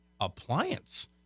Appliance